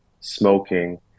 smoking